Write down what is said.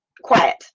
quiet